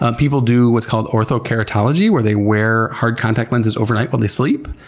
ah people do what's called orthokeratology where they wear hard contact lenses overnight while they sleep,